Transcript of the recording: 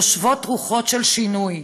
נושבות רוחות של שינוי,